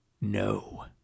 no